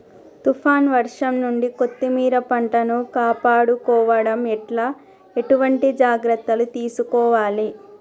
తుఫాన్ వర్షం నుండి కొత్తిమీర పంటను కాపాడుకోవడం ఎట్ల ఎటువంటి జాగ్రత్తలు తీసుకోవాలే?